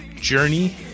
Journey